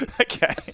Okay